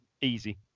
easy